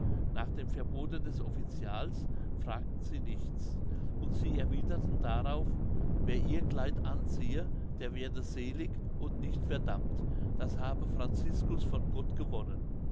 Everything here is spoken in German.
nach dem verbote des offizials fragten sie nichts und sie erwiderten darauf wer ihr kleid anziehe der werde selig und nicht verdammt das habe franziscus von gott gewonnen